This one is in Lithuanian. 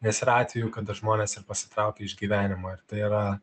nes yra atvejų kada žmonės ir pasitraukia iš gyvenimo ir tai yra